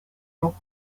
wrote